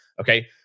Okay